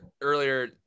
earlier